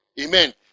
Amen